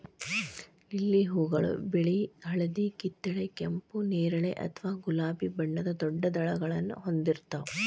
lily ಹೂಗಳು ಬಿಳಿ, ಹಳದಿ, ಕಿತ್ತಳೆ, ಕೆಂಪು, ನೇರಳೆ ಅಥವಾ ಗುಲಾಬಿ ಬಣ್ಣದ ದೊಡ್ಡ ದಳಗಳನ್ನ ಹೊಂದಿರ್ತಾವ